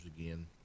again